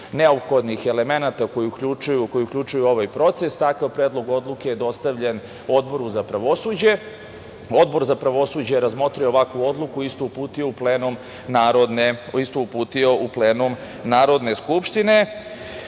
neophodnih elemenata koji uključuju ovaj proces, takav Predlog odluke je dostavljen Odboru za pravosuđe. Odbor za pravosuđe je razmotrio ovakvu odluku i istu uputio u plenum Narodne skupštine. Kada